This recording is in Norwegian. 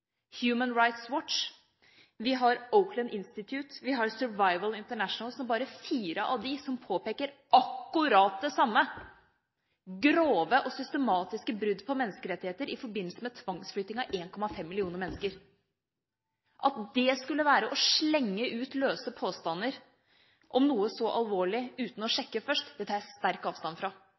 Human Rights Watch, Oakland Institute, Survival International, bare fire av dem som påpeker akkurat det samme: grove og systematiske brudd på menneskerettigheter i forbindelse med tvangsflytting av 1,5 millioner mennesker. At det skulle være å slenge ut løse påstander om noe så alvorlig uten å sjekke først, tar jeg sterkt avstand fra.